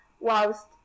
whilst